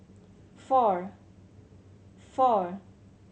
four four